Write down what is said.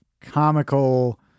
comical